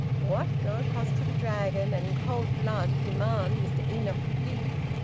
what! go across to the dragon and in cold blood demand mr enoch peake,